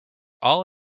all